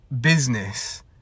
business